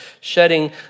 shedding